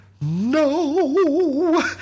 No